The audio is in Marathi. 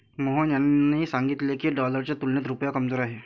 मोहन यांनी सांगितले की, डॉलरच्या तुलनेत रुपया कमजोर आहे